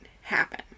happen